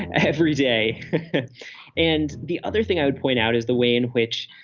every day and the other thing i would point out is the way in which,